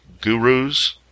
gurus